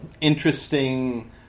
interesting